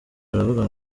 baravuga